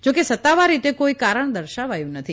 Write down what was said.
જો કે સત્તાવાર રીતે કોઇ કારણ દર્શાવાયું નથી